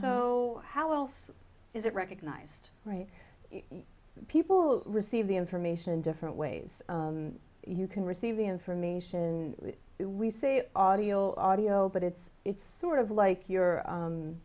so how else is it recognized right people who receive the information in different ways you can receive the information we say audio audio but it's it's sort of like you